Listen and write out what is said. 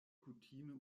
kutime